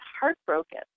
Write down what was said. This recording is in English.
heartbroken